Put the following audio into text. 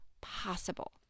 possible